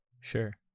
Sure